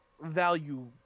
value